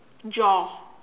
draw